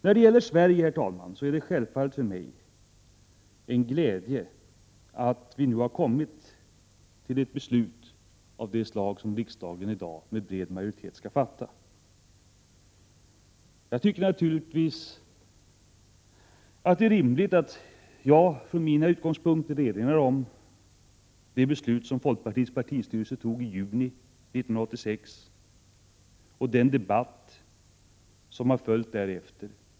När det gäller Sverige, herr talman, är det självfallet för mig en glädje att vi nu har kommit fram till det beslut som riksdagen i dag med bred majoritet skall fatta. Det är rimligt att jag från mina utgångspunkter erinrar om det beslut om handelsbojkott mot Sydafrika som folkpartiets partistyrelse tog i juni 1986 och den debatt som följde därefter.